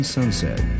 Sunset